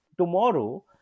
tomorrow